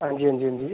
हांजी हांजी हांजी